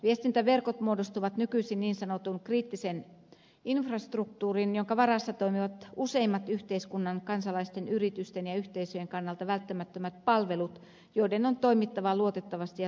viestintäverkot muodostavat nykyisin niin sanotun kriittisen infrastruktuurin jonka varassa toimivat useimmat yhteiskunnan kansalaisten yritysten ja yhteisöjen kannalta välttämättömät palvelut joiden on toimittava luotettavasti ja turvallisesti